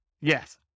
Yes